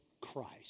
Christ